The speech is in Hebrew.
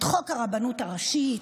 את חוק הרבנות הראשית,